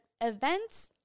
events